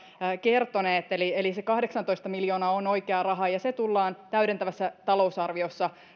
kertoneet eli eli se kahdeksantoista miljoonaa on oikea raha ja se oikea summa tullaan täydentävässä talousarviossa